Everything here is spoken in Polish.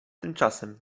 tymczasem